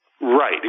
right